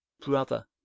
brother